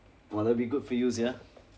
!wah! that will be good for you sia